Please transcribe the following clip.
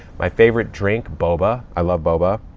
my favorite drink? boba. i love boba.